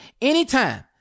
anytime